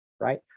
right